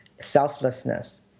Selflessness